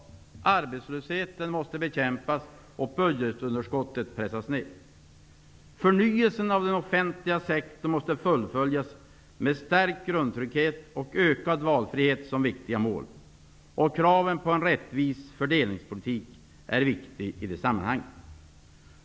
Arbetslösheten måste bekämpas och budgetunderskottet pressas ned. Förnyelsen av den offentliga sektorn måste fullföljas med stärkt grundtrygghet och ökad valfrihet som viktiga mål. Kraven på en rättvis fördelningspolitik är i det sammanhanget viktiga.